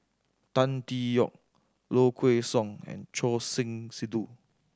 Tan Tee Yoke Low Kway Song and Choor Singh Sidhu